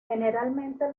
generalmente